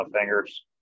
fingers